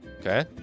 Okay